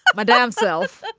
my damn self.